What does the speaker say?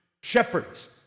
Shepherds